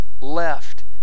left